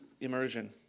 immersion